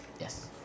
Yes